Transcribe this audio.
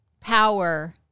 power